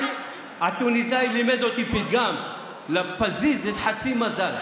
התוניסאי לימד אותי פתגם: לפזיז יש חצי מזל.